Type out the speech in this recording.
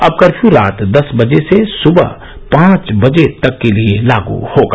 अब कर्फ्यू रात दस बजे से स्बह पाँच बजे तक के लिए लागू होगा